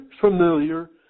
familiar